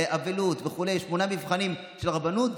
אבלות וכו' שמונה מבחנים של הרבנות.